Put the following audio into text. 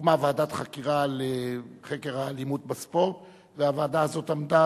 הוקמה ועדת חקירה לחקר האלימות בספורט והוועדה הזו עמדה